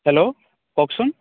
hello কওকচোন